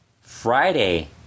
friday